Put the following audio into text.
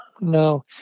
no